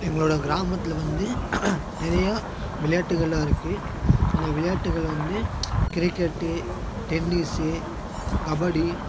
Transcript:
எங்களோடய கிராமத்தில் வந்து நிறையா விளையாட்டுகள்லாம் இருக்குது அந்த விளையாட்டுகள் வந்து கிரிக்கெட்டு டென்னிஸு கபடி